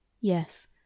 Yes